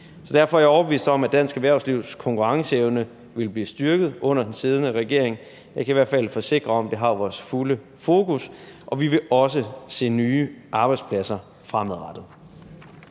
Derfor er jeg overbevist om, at dansk erhvervslivs konkurrenceevne vil blive styrket under den siddende regering. Jeg kan i hvert fald forsikre om, at det har vores fulde fokus, og vi vil også se nye arbejdspladser fremadrettet.